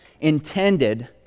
intended